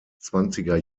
zwanziger